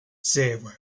zero